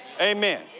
Amen